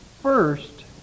first